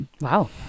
Wow